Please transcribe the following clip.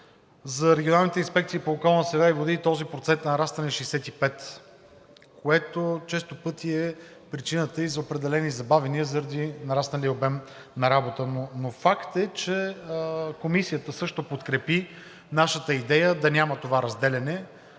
За регионалните инспекции по околната среда и водите този процент е нараснал на 65, което често пъти е причината и за определени забавяния за нарасналия обем на работа. Но е факт, че Комисията също подкрепи нашата идея да няма това разделяне